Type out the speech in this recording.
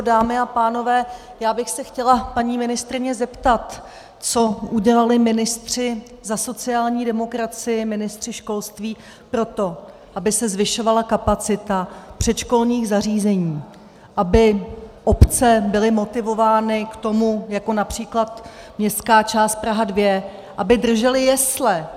Dámy a pánové, já bych se chtěla paní ministryně zeptat, co udělali ministři za sociální demokracii, ministři školství pro to, aby se zvyšovala kapacita v předškolních zařízeních, aby obce byly motivovány k tomu, jako např. městská část Praha 2, aby držely jesle?